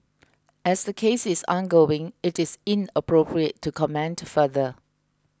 as the case is ongoing it is inappropriate to comment further